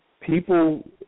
people